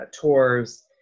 tours